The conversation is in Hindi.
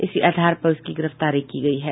इसी आधार पर उसकी गिरफ्तारी की गयी है